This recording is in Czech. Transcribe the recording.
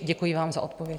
Děkuji vám za odpověď.